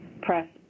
press